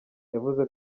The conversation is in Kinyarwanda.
yavuze